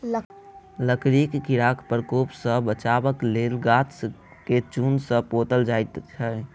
लकड़ीक कीड़ाक प्रकोप सॅ बचबाक लेल गाछ के चून सॅ पोतल जाइत छै